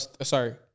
sorry